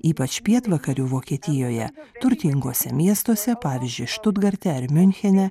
ypač pietvakarių vokietijoje turtinguose miestuose pavyzdžiui štutgarte ar miunchene